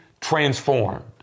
transformed